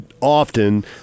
often